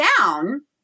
down